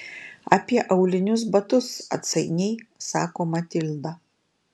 apie aulinius batus atsainiai sako matilda